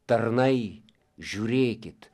tarnai žiūrėkit